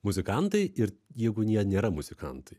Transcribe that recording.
muzikantai ir jeigu jie nėra muzikantai